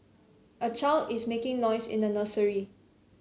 a child is making noise in a nursery